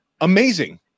Amazing